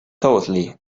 thoroughly